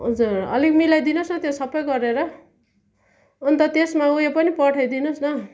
हजुर अलिक मिलाइदिनुहोस् न त्यो सबै गरेर अन्त त्यसमा उयो पनि पठाइदिनुहोस् न